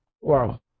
Wow